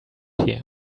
here